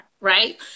right